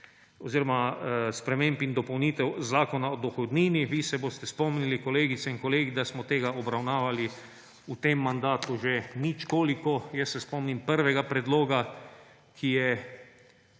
predlog sprememb in dopolnitev Zakona o dohodnini, vi se boste spomnili, kolegice in kolegi, da smo tega obravnavali v tem mandatu že nič koliko. Jaz se spomnim prvega predloga, ki je